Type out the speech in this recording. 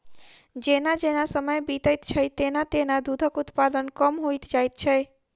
जेना जेना समय बीतैत छै, तेना तेना दूधक उत्पादन कम होइत जाइत छै